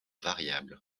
variable